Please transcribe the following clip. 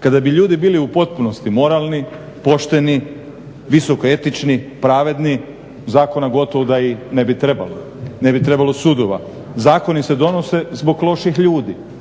kada bi ljudi bili u potpunosti moralni, pošteni, visoko etični, pravedni zakona gotovo da i ne bi trebalo, ne bi trebalo sudova. Zakoni se donose zbog loših ljudi.